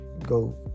Go